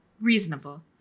reasonable